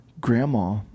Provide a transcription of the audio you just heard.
grandma